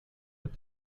but